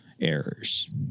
errors